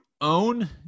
own